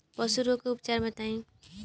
पशु रोग के उपचार बताई?